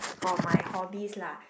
for my hobbies lah